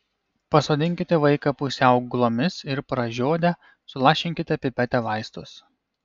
pasodinkite vaiką pusiau gulomis ir pražiodę sulašinkite pipete vaistus